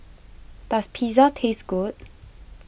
does Pizza taste good